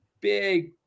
big